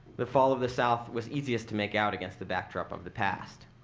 the fall of the south was easiest to make out against the backdrop of the past.